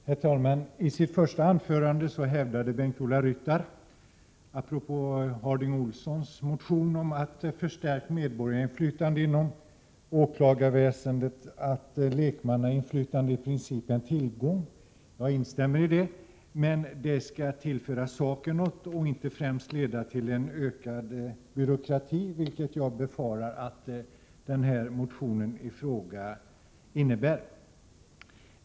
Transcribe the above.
Herr talman! I sitt första anförande hävdade Bengt-Ola Ryttar apropå Bengt Harding Olsons motion om förstärkt medborgarinflytande inom åklagarväsendet att lekmannainflytande i princip är en tillgång. Jag instämmeri detta. Men det skall tillföra saken något och inte främst leda till en ökad byråkrati, vilket jag befarar att motionen i fråga kan komma att leda till.